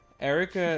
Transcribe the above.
Erica